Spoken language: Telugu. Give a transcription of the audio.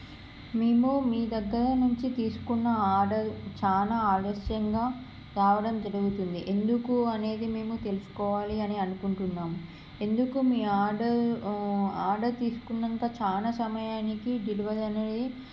మేము మీ దగ్గర నుంచి తీసుకున్న ఆర్డర్ చాలా ఆలస్యంగా రావడం జరుగుతుంది ఎందుకు అనేది మేము తెలుసుకోవాలని అని అనుకుంటున్నాం ఎందుకు మీ ఆర్డర్ ఆర్డర్ తీసుకున్నాక చాలా సమయానికి డెలివరీ అనేది